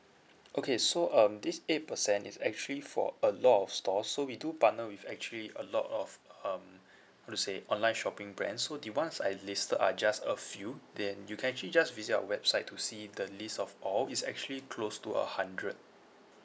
okay so um this eight percent is actually for a lot of stores so we do partner with actually a lot of um how to say online shopping brands so the ones I listed are just a few then you can actually just visit our website to see the list of all it's actually close to a hundred